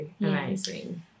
amazing